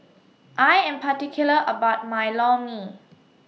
I Am particular about My Lor Mee